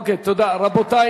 מאה אחוז,